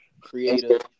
creative